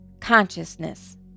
consciousness